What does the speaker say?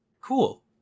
cool